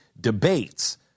debates